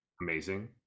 amazing